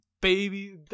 Baby